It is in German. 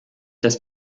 dass